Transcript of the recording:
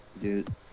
Dude